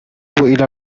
إلى